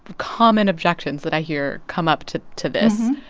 common objections that i here come up to to this.